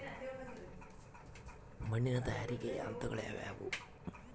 ಮಣ್ಣಿನ ತಯಾರಿಕೆಯ ಹಂತಗಳು ಯಾವುವು?